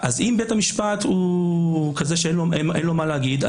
אם בית המשפט הוא כזה שאין לו מה להגיד,